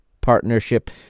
partnership